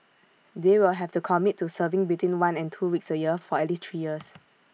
they will have to commit to serving between one and two weeks A year for at least three years